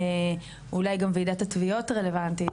אולי גם וועידת התביעות רלוונטית.